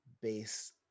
base